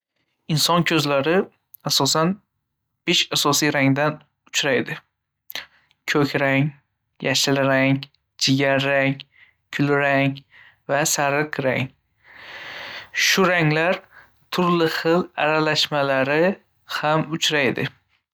Inson ko‘zlari asosan besh asosiy rangda uchraydi. Ko‘k, yashil, jigarrang, kulrang va sariq rang. Shu ranglar turli xil aralashmalari ham uchraydi.